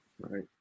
Right